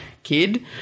kid